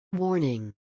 Warning